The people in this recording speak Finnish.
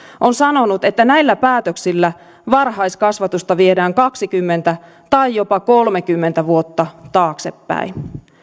on sanonut että näillä päätöksillä varhaiskasvatusta viedään kaksikymmentä tai jopa kolmekymmentä vuotta taaksepäin